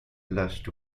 blushed